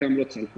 חלקם לא צלחו.